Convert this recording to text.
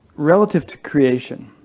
relative to creation,